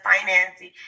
financing